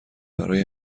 برای